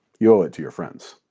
you owe it to your friends.